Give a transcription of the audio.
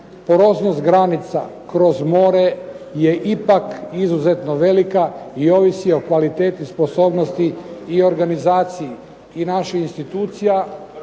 Poroznost granica kroz more je ipak izuzetno velika i ovisi o kvaliteti sposobnosti i organizaciji i naših institucija